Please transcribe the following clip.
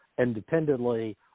independently